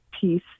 peace